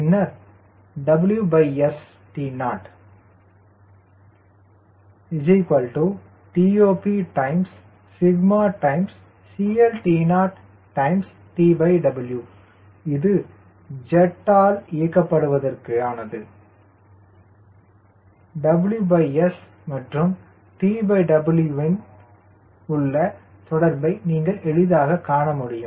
பின்னர் WST0 WST0σCLTOTW இது jet ஆல் இயக்கப்படுவதற்கு WS மற்றும் TW இன் உள்ள தொடர்பை நீங்கள் எளிதாகக் காணமுடியும்